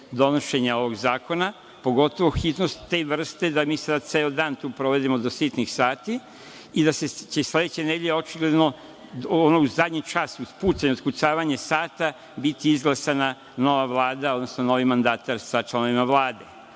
donošenja ovog zakona, pogotovo hitnost te vrste da mi sada ceo dan tu provedemo do sitnih sati i da će se sledeće nedelje, očigledno u zadnji čas, uz pucanj otkucavanja sata biti izglasana nova Vlada, odnosno novi mandatar sa članovima